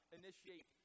initiate